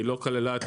היא לא כללה את